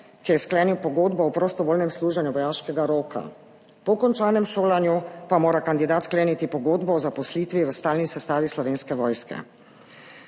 ki je sklenil pogodbo o prostovoljnem služenju vojaškega roka, po končanem šolanju pa mora kandidat skleniti pogodbo o zaposlitvi v stalni sestavi Slovenske vojske.